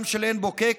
גם של עין בוקק,